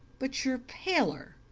but you're paler.